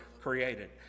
created